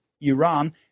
Iran